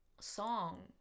Song